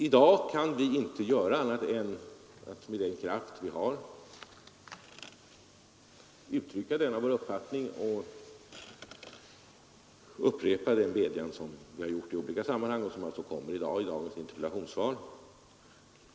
I dag kan vi inte göra annat än att med all kraft uttrycka denna vår uppfattning och upprepa den vädjan vi har gjort i olika sammanhang, och som alltså återkommer i dagens interpellationssvar.